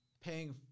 paying